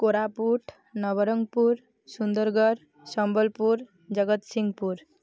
Koraput Nabarangpur Sundargarh Sambalpur Jagatsinghpur